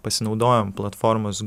pasinaudojom platformos